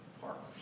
partners